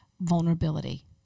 vulnerability